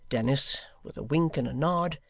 dennis, with a wink and a nod,